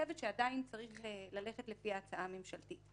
חושבת שעדיין צריך ללכת לפי ההצעה הממשלתית.